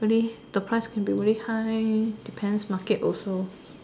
very the price can be very high depends market also